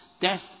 death